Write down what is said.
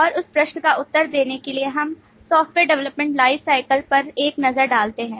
और उस प्रश्न का उत्तर देने के लिए हम software development lifecycle पर एक नज़र डालते हैं